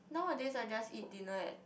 nowadays I just eat dinner at